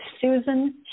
Susan